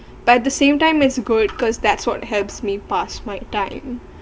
but the same time is good cause that's what helps me past my time